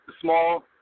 small